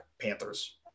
Panthers